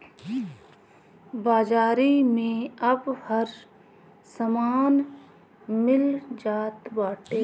बाजारी में अब हर समान मिल जात बाटे